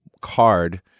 card